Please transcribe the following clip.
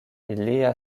ilia